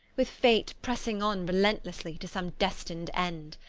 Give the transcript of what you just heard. with fate pressing on relentlessly to some destined end.